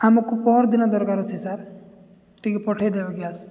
ଆମକୁ ପହରଦିନ ଦରକାର ଅଛି ସାର୍ ଟିକେ ପଠେଇଦବେ ଗ୍ୟାସ୍